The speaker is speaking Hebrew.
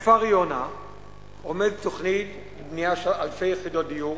בכפר-יונה עומדת תוכנית בנייה של אלפי יחידות דיור.